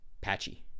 Patchy